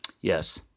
yes